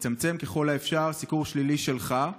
לצמצם ככל האפשר סיקור שלילי שלך,